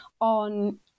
on